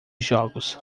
jogos